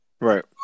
Right